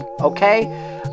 okay